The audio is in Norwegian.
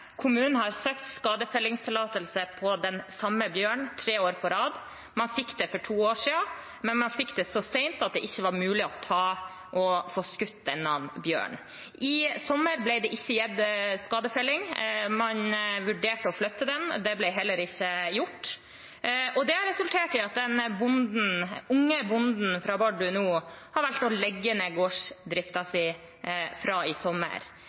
Kommunen har søkt skadefellingstillatelse på den samme bjørnen tre år på rad. Man fikk det for to år siden, men man fikk det så seint at det ikke var mulig å få skutt denne bjørnen. I sommer ble det ikke gitt tillatelse til skadefelling. Man vurderte å flytte den, men det ble heller ikke gjort. Det har resultert i at en ung bonde fra Bardu nå har valgt å legge ned gårdsdriften sin fra i sommer.